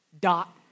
dot